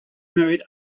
married